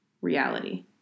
reality